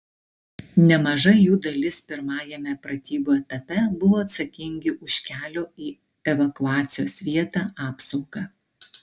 nemaža jų dalis pirmajame pratybų etape buvo atsakingi už kelio į evakuacijos vietą apsaugą